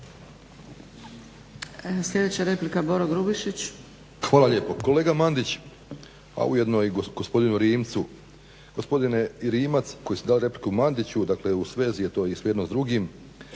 **Grubišić, Boro (HDSSB)** Hvala lijepo. Kolega Mandić pa ujedno i gospodinu Rimcu, gospodine Rimac koji ste dali repliku Mandiću, dakle u svezi je to i sve jedno s drugim,